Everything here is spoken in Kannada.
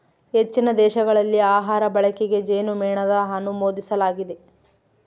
ಹೆಚ್ಚಿನ ದೇಶಗಳಲ್ಲಿ ಆಹಾರ ಬಳಕೆಗೆ ಜೇನುಮೇಣನ ಅನುಮೋದಿಸಲಾಗಿದೆ